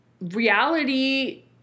reality